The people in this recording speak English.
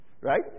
Right